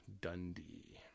dundee